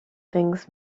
things